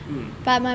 mm